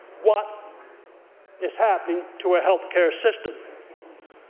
what is happening to our health care system